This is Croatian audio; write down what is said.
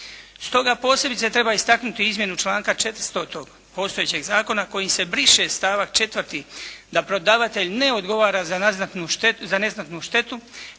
Stoga posebice treba istaknuti izmjenu članka 400. postojećeg zakona kojim se briše stavak 4. da prodavatelj ne odgovara za neznatnu štetu